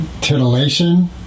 titillation